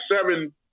seven –